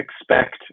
expect